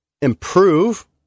improve